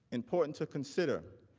important to consider